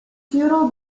feudal